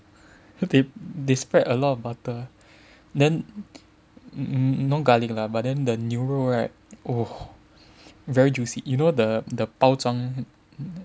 they they spread a lot of butter then mm no garlic lah but then the 牛肉 right oh very juicy you know the the 包装